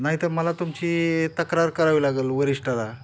नाही तर मला तुमची तक्रार करावी लागेल वरिष्ठाला